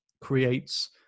creates